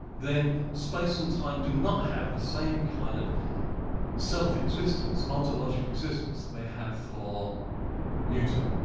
then space and time do not have the same kind of self existence, ontological existence that they have for newton.